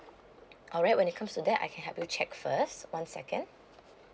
alright when it comes to that I can help you check first one second